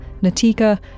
Natika